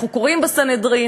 אנחנו קוראים ב"סנהדרין",